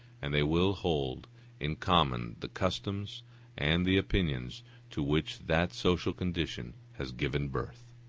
and they will hold in common the customs and the opinions to which that social condition has given birth.